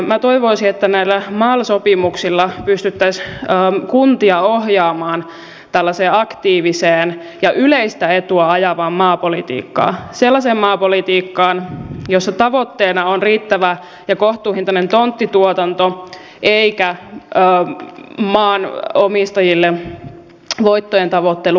minä toivoisin että näillä mal sopimuksilla pystyttäisiin kuntia ohjaamaan tällaiseen aktiiviseen ja yleistä etua ajavaan maapolitiikkaan sellaiseen maapolitiikkaan jossa tavoitteena on riittävä ja kohtuuhintainen tonttituotanto eikä maanomistajille voittojen tavoittelu